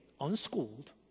unschooled